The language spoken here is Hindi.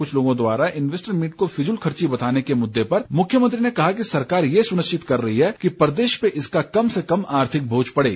कुछ लोगों द्वारा इनवैस्टर्स मीट को फिजूलखर्ची बताने के मुददे पर मुख्यमंत्री ने कहा कि सरकार ये सुनिश्चित कर रही है कि प्रदेश पर इसका कम से कम आर्थिक बोझ पड़े